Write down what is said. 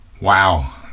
Wow